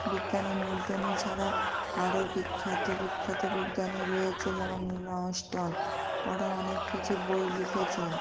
বিজ্ঞানী নিউটন এছাড়া আরো বিখ্যাত বিখ্যাত বিজ্ঞানী রয়েছে যেমন নীল আর্মস্ট্রং ওরা অনেক কিছু বই লিখেছেন